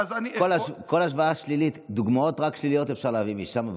כל השוואה שלילית רק דוגמאות שליליות אפשר להביא משם.